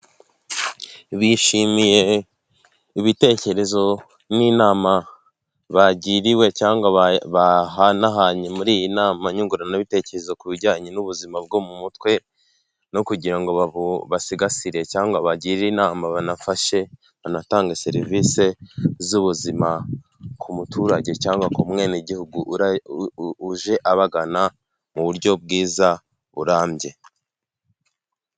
Bishimiye ibitekerezo n'inama bagiriwe cyangwa bahanahanye muri iyi nama nyunguranabitekerezo ku bijyanye n'ubuzima bwo mu mutwe, no kugira ngo basigasire cyangwa bagire inama banafashe banatange serivisi z'ubuzima ku muturage cyangwa ku mwenegihugu uje abagana mu buryo bwiza burambye.